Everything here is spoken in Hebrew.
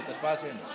(תיקון מס' 10